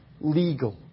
legal